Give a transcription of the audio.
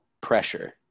pressure